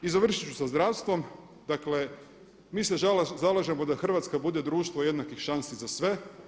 I završit ću sa zdravstvom, dakle mi se zalažemo da Hrvatska bude društvo jednakih šansi za sve.